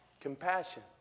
Compassion